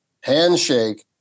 handshake